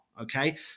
Okay